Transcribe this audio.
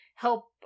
Help